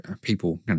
people